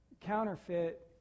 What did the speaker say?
Counterfeit